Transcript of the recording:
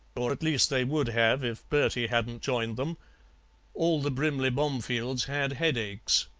or at least they would have if bertie hadn't joined them all the brimley bomefields had headaches.